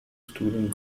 student